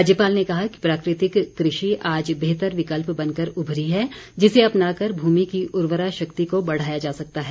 राज्यपाल ने कहा कि प्राकृतिक कृषि आज बेहतर विकल्प बनकर उभरी है जिसे अपनाकर भूमि की उर्वरा शक्ति को बढ़ाया जा सकता है